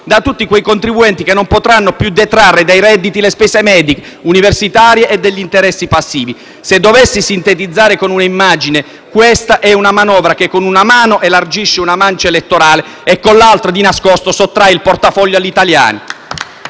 da tutti quei contribuenti che non potranno più detrarre dai redditi le spese mediche, universitarie e gli interessi passivi. Se dovessi sintetizzare con una immagine, questa è una manovra che con una mano elargisce una mancia elettorale e con l'altra, di nascosto, sottrae il portafoglio agli italiani